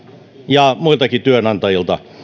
ja muiltakin työnantajilta